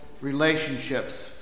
relationships